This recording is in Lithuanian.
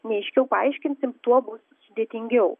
neaiškiau paaiškinsim tuo bus sudėtingiau